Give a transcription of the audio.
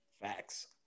Facts